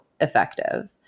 effective